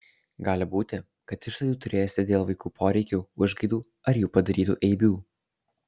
gali būti kad išlaidų turėsite dėl vaikų poreikių užgaidų ar jų padarytų eibių